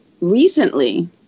recently